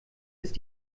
ist